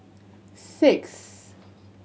six